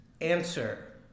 answer